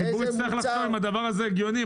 הציבור יצטרך להחליט אם הדבר הזה הגיוני,